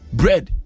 bread